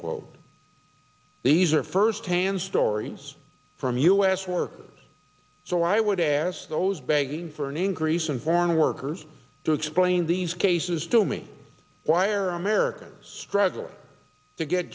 quote these are firsthand stories from us work so i would ask those begging for an increase in foreign workers to explain these cases to me why are americans struggling to get